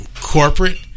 corporate